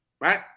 right